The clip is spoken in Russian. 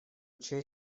чьей